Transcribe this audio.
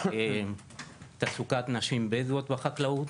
לתעסוקת נשים בדואיות בחקלאות.